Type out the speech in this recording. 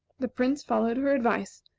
the prince followed her advice,